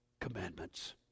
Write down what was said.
commandments